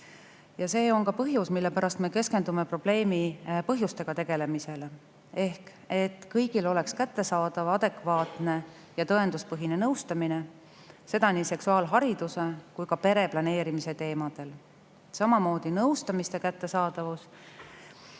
See on ka põhjus, mille pärast me keskendume probleemi põhjustega tegelemisele ehk sellele, et kõigile oleks kättesaadav adekvaatne ja tõenduspõhine nõustamine nii seksuaalhariduse kui ka pereplaneerimise teemadel. Paremate teadmiste